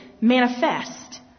manifest